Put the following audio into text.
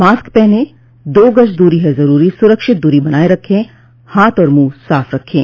mask पहनें दो गज़ दूरी है ज़रूरी सुरक्षित दूरी बनाए रखें हाथ और मुंह साफ़ रखें